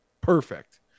Perfect